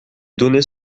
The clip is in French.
données